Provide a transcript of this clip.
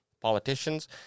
politicians